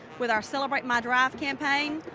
with our celebrate my drive campaign.